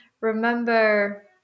remember